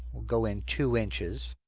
we'll go in two inches.